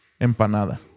empanada